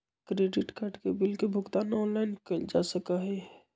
credit card के bill के भुगतान ऑनलाइन कइल जा सका हई